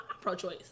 pro-choice